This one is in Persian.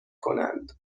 کنند